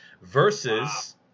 versus